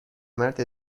مرد